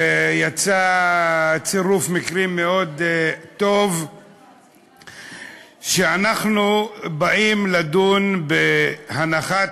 ויצא צירוף מקרים מאוד טוב שאנחנו באים לדון בהנחת